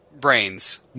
brains